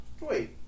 Wait